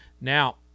Now